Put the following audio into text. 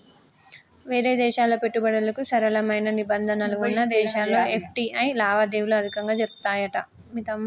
వేరే దేశాల పెట్టుబడులకు సరళమైన నిబంధనలు వున్న దేశాల్లో ఎఫ్.టి.ఐ లావాదేవీలు అధికంగా జరుపుతాయట